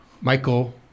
Michael